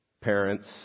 parents